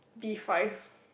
B five